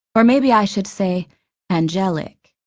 or maybe i should say angelic.